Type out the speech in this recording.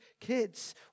kids